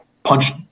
Punched